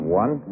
one